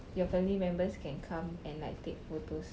your family members can come and like take photos